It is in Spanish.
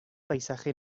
paisaje